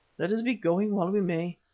let us be going while we may,